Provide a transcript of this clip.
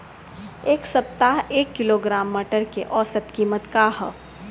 एक सप्ताह एक किलोग्राम मटर के औसत कीमत का ह?